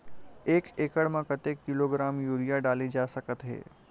एक एकड़ म कतेक किलोग्राम यूरिया डाले जा सकत हे?